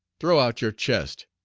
throw-out-your-chest,